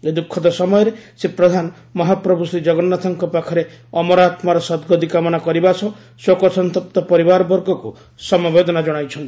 ଏହି ଦୁଃଖଦ ସମୟରେ ଶ୍ରୀ ପ୍ରଧାନ ମହାପ୍ରଭୁ ଶ୍ରୀଜଗନ୍ନାଥଙ୍କ ପାଖରେ ଅମର ଆତ୍କାର ସଦ୍ଗତି କାମନା କରିବା ସହ ଶୋକସନ୍ତପ୍ତ ପରିବାରବର୍ଗଙ୍କୁ ସମବେଦନା ଜଣାଇଛନ୍ତି